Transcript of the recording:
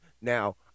Now